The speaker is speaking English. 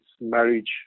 marriage